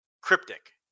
cryptic